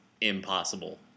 impossible